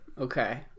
okay